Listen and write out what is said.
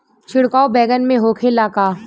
छिड़काव बैगन में होखे ला का?